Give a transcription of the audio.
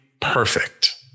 Perfect